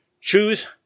choose